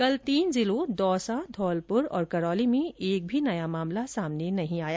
कल तीन जिलों दौसा धौलपुर और करौली में एक भी नया मामला सामने नहीं आया